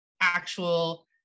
actual